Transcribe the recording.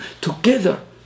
together